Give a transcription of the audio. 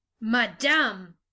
Madame